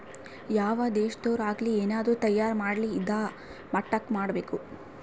ಯಾವ್ ದೇಶದೊರ್ ಆಗಲಿ ಏನಾದ್ರೂ ತಯಾರ ಮಾಡ್ಲಿ ಇದಾ ಮಟ್ಟಕ್ ಮಾಡ್ಬೇಕು